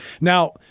Now